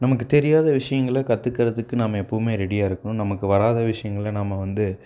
நமக்கு தெரியாத விஷயங்கள கற்றுக்கறதுக்கு நம்ம எப்போவுமே ரெடியா இருக்கணும் நமக்கு வராத விஷயங்கள நம்ம வந்து